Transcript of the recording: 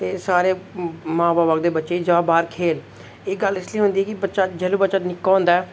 ते सारे मां बाप आखदे बच्चें गी जा बाहर खेल एह् गल्ल इसलिए होंदी कि बच्चा जिसलै बच्चा निक्का होंदा ऐ